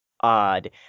odd